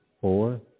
four